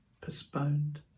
postponed